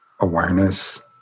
awareness